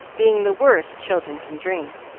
being the worst children can drink.